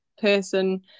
person